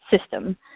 system